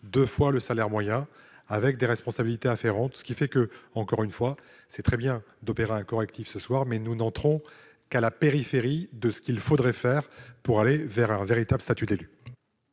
ou 2 fois le salaire moyen, avec les responsabilités afférentes. Encore une fois, c'est une bonne chose d'opérer un correctif ce soir, mais nous restons à la périphérie de ce qu'il faudrait faire pour aller vers un véritable statut de l'élu.